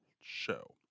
show